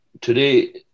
Today